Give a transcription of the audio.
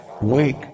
wake